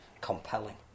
Compelling